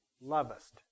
lovest